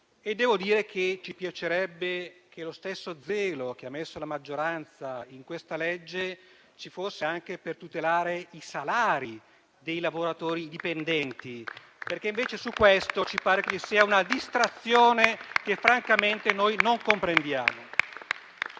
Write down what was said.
e devo dire che ci piacerebbe che lo stesso zelo che ha messo la maggioranza in questo disegno di legge ci fosse anche per tutelare i salari dei lavoratori dipendenti, perché su questo ci pare invece che ci sia una distrazione che francamente non comprendiamo.